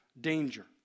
danger